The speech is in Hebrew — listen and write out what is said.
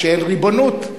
כשאין ריבונות,